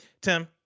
Tim